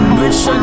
bitch